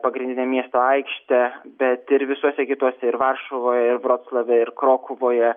pagrindinę miesto aikštę bet ir visuose kituose ir varšuvoj ir vroclave ir krokuvoje